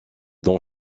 dans